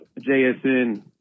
jsn